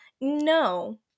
no